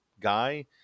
guy